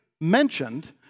mentioned